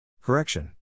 Correction